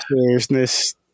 seriousness